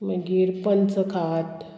मागीर पंचखात